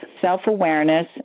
self-awareness